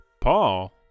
Paul